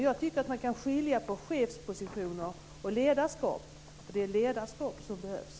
Jag tycker att man kan skilja på chefspositioner och ledarskap. Det är ledarskap som behövs.